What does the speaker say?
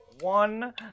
one